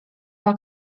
dwa